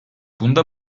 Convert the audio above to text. bunda